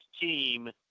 team